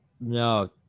No